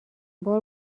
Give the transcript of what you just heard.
بار